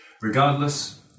Regardless